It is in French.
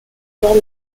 sport